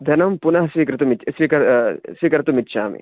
धनं पुनः स्वीकर्तुमिच्छा स्वीकर्तुं स्वीकर्तुमिच्छामि